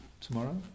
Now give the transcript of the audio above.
tomorrow